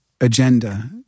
agenda